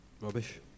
rubbish